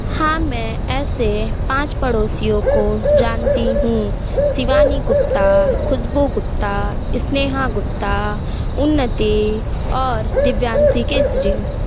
हाँ मैं ऐसे पाँच पड़ोसियों को जानती हूँ शिवानी गुप्ता ख़ुशबु गुप्ता स्नेहा गुप्ता उन्नति और दिव्यांशी केसरी